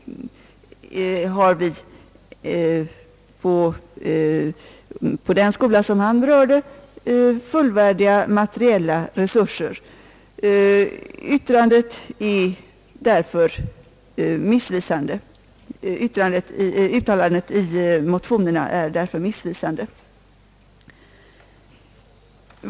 I den skola som han berörde har vi fullvärdiga materielresurser. Uttalandet i motionen är därför missvisande.